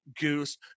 Goose